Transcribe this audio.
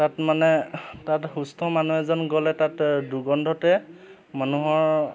তাত মানে তাত সুস্থ মানুহ এজন গ'লে তাত দুৰ্গন্ধতে মানুহৰ